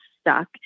stuck